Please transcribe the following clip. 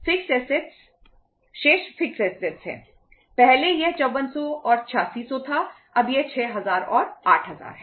कुल 14000 समान है